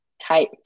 type